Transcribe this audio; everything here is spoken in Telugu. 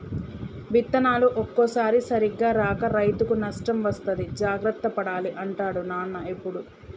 విత్తనాలు ఒక్కోసారి సరిగా రాక రైతుకు నష్టం వస్తది జాగ్రత్త పడాలి అంటాడు నాన్న ఎప్పుడు